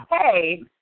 hey